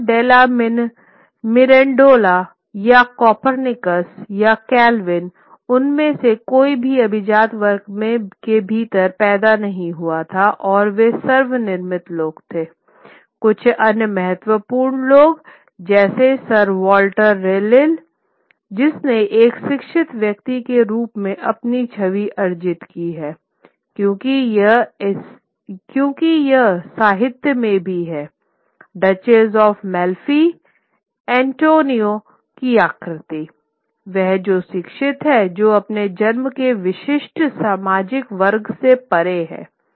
pico della Mirandola या Copernicus या Calvin उनमें से कोई भी अभिजात वर्ग के भीतर पैदा नहीं हुआ था और वे स्व निर्मित लोग थे कुछ अन्य महत्वपूर्ण लोग जैसे सर वाल्टर रैलेजिसने एक शिक्षित व्यक्ति के रूप में अपनी छवि अर्जित की है क्योंकि यह साहित्य में भी है डचेस ऑफ माल्फी एंटोनियो की आकृति वह जो शिक्षित है जो अपने जन्म के विशिष्ट सामाजिक वर्ग से परे है